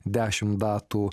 dešim datų